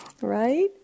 right